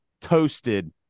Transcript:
toasted